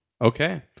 Okay